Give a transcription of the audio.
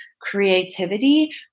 creativity